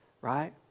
right